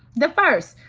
the first